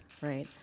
right